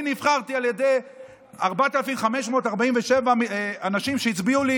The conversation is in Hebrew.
אני נבחרתי על ידי 4,547 אנשים שהצביעו לי,